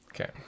Okay